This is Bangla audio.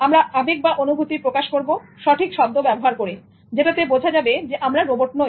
আমরা আবেগ বা অনুভূতি প্রকাশ করব সঠিক শব্দ ব্যবহার করে যেটাতে বোঝা যাবে যে আমরা রোবট নই